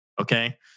Okay